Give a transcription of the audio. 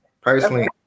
Personally